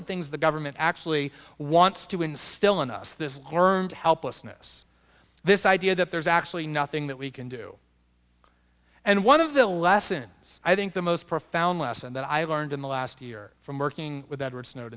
the things the government actually wants to instill in us this learned helplessness this idea that there's actually nothing that we can do and one of the lessons i think the most profound lesson that i learned in the last year from working with edward snow